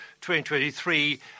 2023